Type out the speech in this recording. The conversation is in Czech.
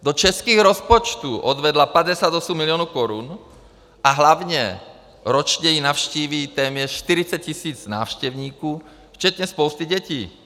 Do českých rozpočtů odvedla 58 milionů korun a hlavně ročně ji navštíví téměř 40 tisíc návštěvníků včetně spousty dětí.